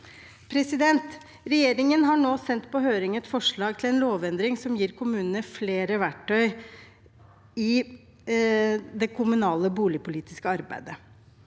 behandlet. Regjeringen har nå sendt på høring et forslag til en lovendring som gir kommunene flere verktøy i det kommunale boligpolitiske arbeidet.